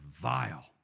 vile